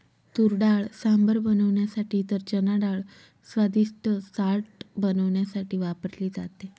तुरडाळ सांबर बनवण्यासाठी तर चनाडाळ स्वादिष्ट चाट बनवण्यासाठी वापरली जाते